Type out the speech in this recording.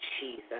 Jesus